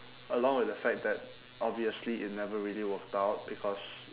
along with the fact that obviously it never really worked out because